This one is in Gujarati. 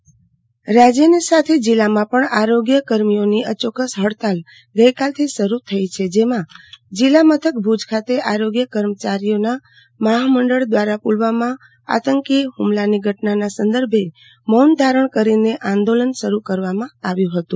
અચોક્કસ કર્મચારીઓ ની રાજ્યની સાથે જિલામાં પણ આરોગ્ય કર્મચારીઓની અચોક્કસ ફડતાલ ગઈ કાલથી શરૂ થઇ ગઈ છે જેમાં જીલ્લા મથક ભુજ ખાતે આરોગ્ય કર્મચારીઓ નાં મહામંડળ દ્વારા પુલવામા આંતકી હ્મલાની ઘટના સંદર્ભે મૌન ધારણ કરીને આંદોલન શરૂ કરવામાં આવ્યું હતું